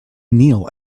kneel